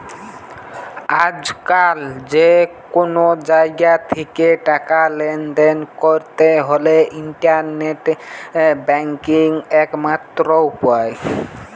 আজকাল যে কুনো জাগা থিকে টাকা লেনদেন কোরতে হলে ইন্টারনেট ব্যাংকিং একমাত্র উপায়